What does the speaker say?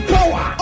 Power